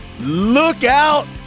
Lookout